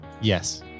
yes